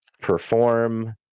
perform